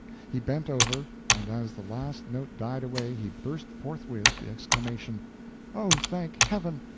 he bent over, and as the last note died away he burst forthwith the exclamation oh, thank heaven,